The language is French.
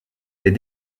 les